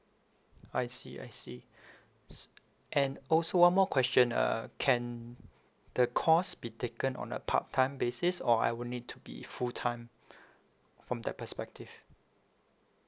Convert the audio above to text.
I see I see s~ and also one more question uh can the course be taken on a part time basis or I would need to be full time from that perspective